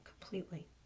completely